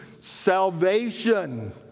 salvation